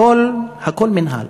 הכול מינהל.